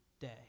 day